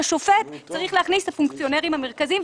השופט יש להכניס את הפונקציונרים המרכזיים.